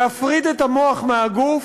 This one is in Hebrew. להפריד את המוח מהגוף,